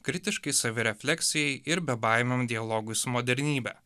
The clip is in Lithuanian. kritiškai savirefleksijai ir bebaimiam dialogui su modernybe